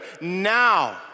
now